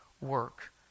work